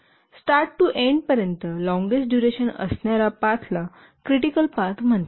आणि start to end पर्यंत longest duration असणार्या पाथला क्रिटिकल पाथ म्हणतात